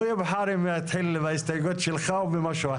הוא יבחר אם להתחיל בהסתייגויות שלך או במשהו אחר.